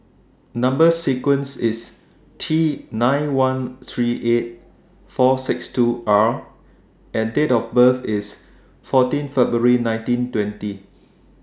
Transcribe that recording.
Number sequence IS T nine one three eight four six two R and Date of birth IS fourteen February nineteen twenty